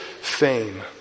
fame